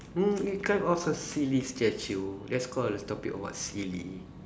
mm it kind of a silly statue that's call a topic on what silly